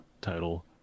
title